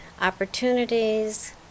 opportunities